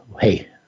Hey